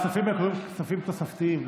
הכספים הם כספים תוספתיים,